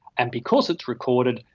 and because it's recorded,